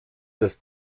das